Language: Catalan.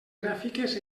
gràfiques